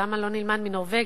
למה לא נלמד מנורבגיה,